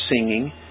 singing